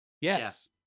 Yes